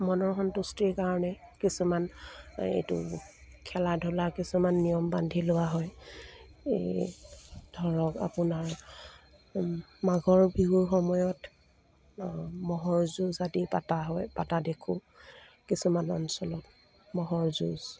মনৰ সন্তুষ্টিৰ কাৰণে কিছুমান এইটো খেলা ধূলা কিছুমান নিয়ম বান্ধি লোৱা হয় এই ধৰক আপোনাৰ মাঘৰ বিহুৰ সময়ত ম'হৰ যুঁজ আদি পাতা হয় পাতা দেখোঁ কিছুমান অঞ্চলত ম'হৰ যুঁজ